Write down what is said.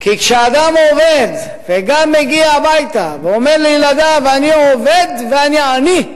כי כשאדם עובד ומגיע הביתה ואומר לילדיו: אני עובד ואני עני,